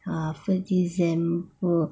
ah first december